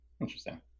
Interesting